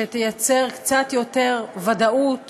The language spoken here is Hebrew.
שתייצר קצת יותר ודאות